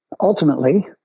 ultimately